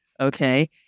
Okay